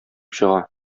чыга